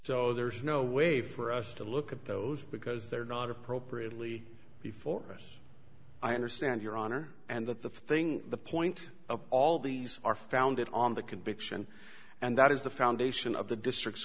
so there's no way for us to look at those because they're not appropriately before us i understand your honor and that the thing the point of all these are founded on the conviction and that is the foundation of the district